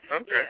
Okay